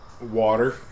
water